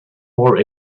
more